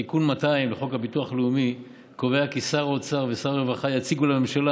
תיקון 200 לחוק הביטוח הלאומי קובע כי שר האוצר ושר הרווחה יציגו לממשלה